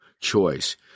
choice